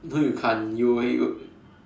no you can't you will you'll